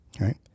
Right